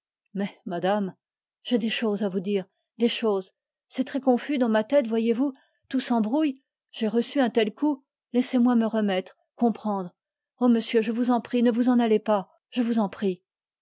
mais j'ai des choses à vous dire des choses c'est très confus dans ma tête voyez-vous tout s'embrouille j'ai reçu un tel coup laissez-moi me remettre comprendre oh monsieur je vous en prie ne vous en allez pas je vous en prie